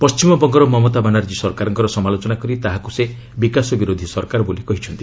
ପଣ୍ଠିମବଙ୍ଗର ମମତା ବାନାର୍ଜୀ ସରକାରଙ୍କ ସମାଲୋଚନା କରି ତାହାକୁ ସେ ବିକାଶ ବିରୋଧୀ ସରକାର ବୋଲି କହିଛନ୍ତି